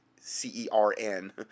C-E-R-N